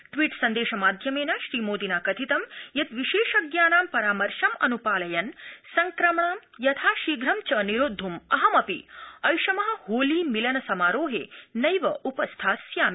tweet सन्देश माध्यमेन श्रीमोदिना कथितं यत् विशेषज्ञानां परामर्शम् अन्पालयन् संक्रमणं यथाशीघं निरोद्धुं च अहमपि ऐषम होली मिलन समारोहे नैव उपस्थास्यामि